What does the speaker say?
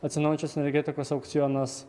atsinaujinančios energetikos aukcionas